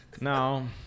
Now